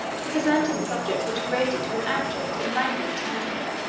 the byzantine subjects were degraded to an abject and languid temper,